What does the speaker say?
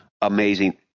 amazing